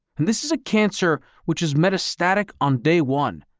and this is a cancer which is metastatic on day one,